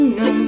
no